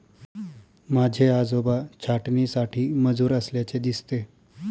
माझे आजोबा छाटणीसाठी मजूर असल्याचे दिसते